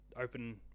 open